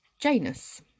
Janus